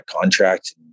contract